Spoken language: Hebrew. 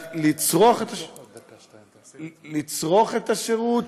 לצרוך את השירות,